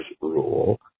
rule